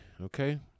okay